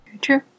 True